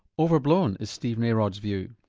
overblown, is steve narod's view.